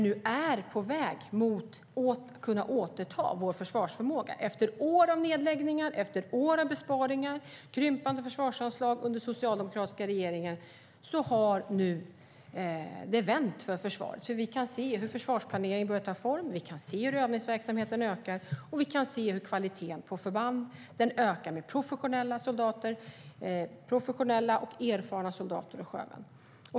Nu är vi på väg mot att kunna återta vår försvarsförmåga. Efter år av nedläggningar, efter år av besparingar och krympande försvarsanslag under den socialdemokratiska regeringen har det nu vänt för försvaret. Vi kan nämligen se hur försvarsplaneringen börjar ta form, vi kan se hur övningsverksamheten ökar och vi kan se hur kvaliteten på förbanden ökar med professionella och erfarna soldater och sjömän.